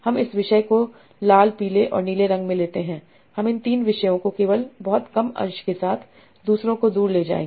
हम इस विषय को लाल पीले और नीले रंग में लेते हैं हम इन 3 विषयों को केवल बहुत कम अंश के साथ दूसरों को दूर ले जाएंगे